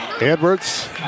Edwards